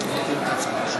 (קוראת בשמות חברי הכנסת)